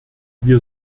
wir